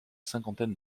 cinquantaine